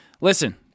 listen